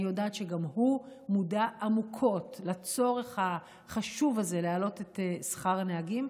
אני יודעת שגם הוא מודע עמוקות לצורך החשוב הזה להעלות את שכר הנהגים,